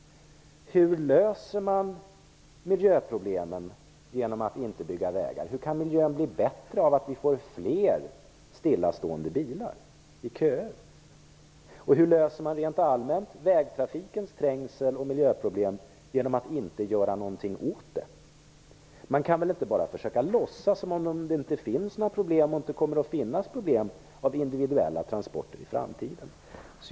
Hur löser man miljöproblemen genom att inte bygga vägar? Hur kan miljön bli bättre av att det blir fler stillastående bilar i köer? Hur löser man rent allmänt vägtrafikens trängsel och miljöproblem genom att inte göra någonting åt det? Man kan väl inte bara försöka låtsas som om det inte finns och inte kommer att finnas några problem med individuella transporter i framtiden.